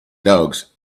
dogs